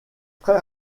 très